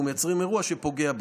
אנחנו מייצרים אירוע שפוגע בהם.